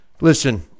Listen